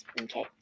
Okay